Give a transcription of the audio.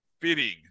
fitting